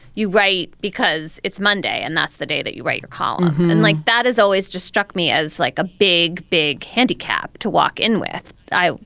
you write because it's monday and that's the day that you write your column. and like that is always just struck me as like a big, big handicap to walk in with the eye.